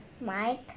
Mike